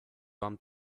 wam